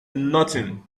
nothing